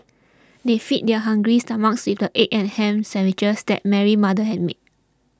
they fed their hungry stomachs with the egg and ham sandwiches that Mary's mother had made